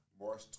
March